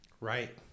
Right